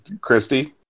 Christy